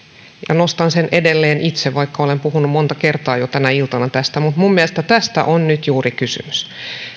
nostan sen edelleen myös itse vaikka olen puhunut tästä jo monta kertaa tänä iltana minun mielestäni tästä on nyt juuri kysymys